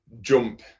jump